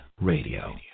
Radio